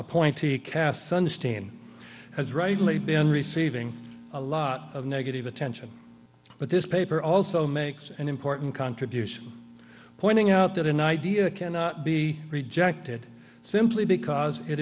appointee cass sunstein has rightly been receiving a lot of negative attention but this paper also makes an important contribution pointing out that an idea cannot be rejected simply because it